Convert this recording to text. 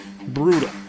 brutal